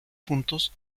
puntos